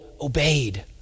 obeyed